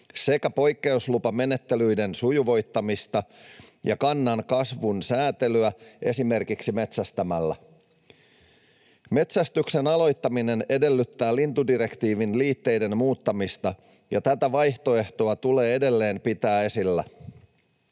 sekä poikkeuslupamenettelyiden sujuvoittamista ja kannan kasvun säätelyä esimerkiksi metsästämällä. Metsästyksen aloittaminen edellyttää lintudirektiivin liitteiden muuttamista, ja tätä vaihtoehtoa tulee edelleen pitää esillä.